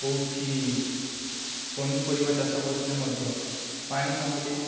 କେଉଁଠି ପନିପରିବା ଚାଷ କରୁଥିଲେ ମଧ୍ୟ ପାଣି ନହେଲେ